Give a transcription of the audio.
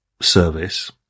service